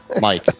Mike